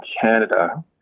Canada